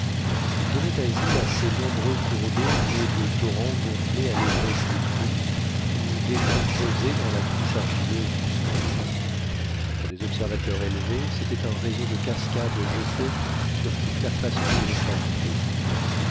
il donnait asile à ces nombreux cours d'eau nés de torrents gonflés à l'époque des crues ou d'étangs creusés dans la couche argileuse du sol pour observateurs élevés c'était un réseau de cascades jeté sur toute la face occidentale du pays